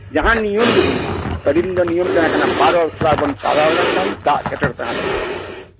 ᱡᱟᱦᱟᱸ ᱱᱤᱭᱚᱢ ᱜᱮ ᱵᱟᱹᱱᱩᱜᱼᱟ ᱟᱹᱰᱤ ᱫᱤᱱ ᱫᱚ ᱛᱟᱦᱮᱸ ᱠᱟᱱᱟ ᱵᱟᱨᱚᱭ ᱥᱚᱨᱟᱵᱚᱱ ᱯᱟᱲᱟᱣ ᱞᱮᱱᱠᱷᱟᱱ ᱫᱟᱜ ᱥᱮᱴᱮᱨ ᱛᱮᱦᱚᱸ ᱥᱮᱴᱮᱨᱚᱜᱼᱟ